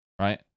right